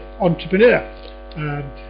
Entrepreneur